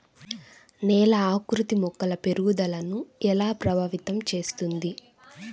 నేల ఆకృతి మొక్కల పెరుగుదలను ఎలా ప్రభావితం చేస్తుంది?